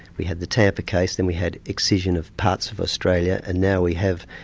we had the tampa case then we had excision of parts of australia and now we have,